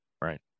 Right